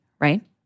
right